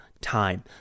time